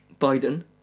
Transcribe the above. Biden